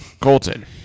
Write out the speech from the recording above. Colton